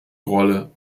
rolle